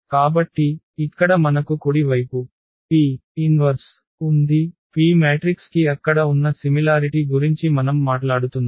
కాబట్టి ఇక్కడ మనకు కుడి వైపు P 1 ఉంది P మ్యాట్రిక్స్ కి అక్కడ ఉన్న సిమిలారిటి గురించి మనం మాట్లాడుతున్నాం